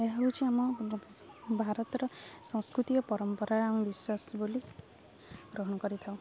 ଏହା ହେଉଛି ଆମ ଭାରତର ସଂସ୍କୃତି ଓ ପରମ୍ପରା ଆମ ବିଶ୍ୱାସ ବୋଲି ଗ୍ରହଣ କରିଥାଉ